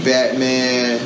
Batman